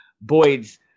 Boyd's